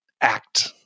act